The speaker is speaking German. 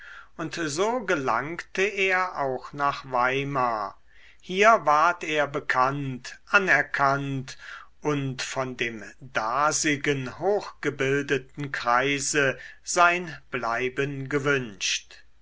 und so gelangte er auch nach weimar hier ward er bekannt anerkannt und von dem dasigen hochgebildeten kreise sein bleiben gewünscht